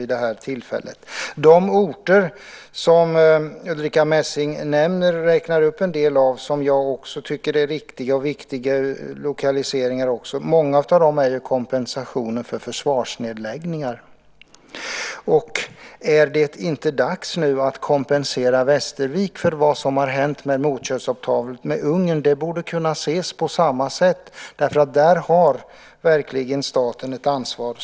Många av de orter som Ulrica Messing har nämnt, som jag också tycker är viktiga lokaliseringar, är en kompensation för försvarsnedläggningar. Är det inte dags att kompensera Västervik för vad som har hänt med motköpsavtalet med Ungern? Det borde kunna ses på samma sätt. Där har verkligen staten ett ansvar.